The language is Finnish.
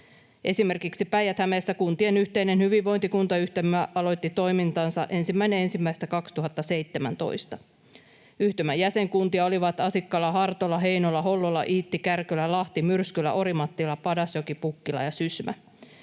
Esimerkiksi Päijät-Hämeessä kuntien yhteinen hyvinvointikuntayhtymä aloitti toimintansa 1.1.2017. Yhtymän jäsenkuntia olivat Asikkala, Hartola, Heinola, Hollola, Iitti, Kärkölä, Lahti, Myrskylä, Orimattila, Padasjoki, Pukkila ja Sysmä.